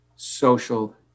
Social